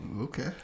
okay